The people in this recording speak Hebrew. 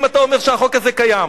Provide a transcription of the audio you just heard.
אם אתה אומר שהחוק הזה קיים.